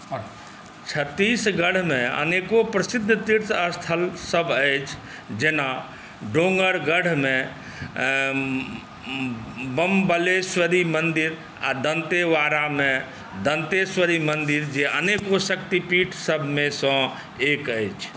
छत्तीसगढ़मे अनेको प्रसिद्ध तीर्थस्थल सभ अछि जेना डोंगरगढ़मे बम्बलेश्वरी मन्दिर आ दन्तेवाड़ामे दन्तेश्वरी मन्दिर जे अनेको शक्तिपीठसभमे सँ एक अछि